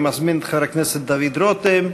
אני מזמין את חבר הכנסת דוד רותם.